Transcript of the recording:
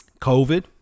COVID